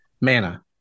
mana